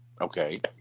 Okay